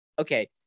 Okay